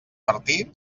martí